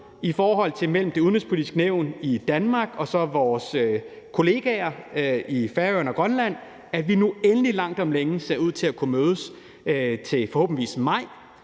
holde møder i Det Udenrigspolitiske Nævn i Danmark med vores kollegaer fra Færøerne og Grønland – endelig langt om længe ser ud til at kunne mødes, forhåbentlig til